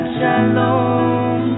Shalom